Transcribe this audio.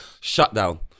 shutdown